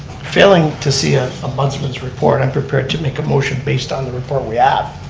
failing to see an ombudsman's report, i'm prepared to make a motion based on the report we yeah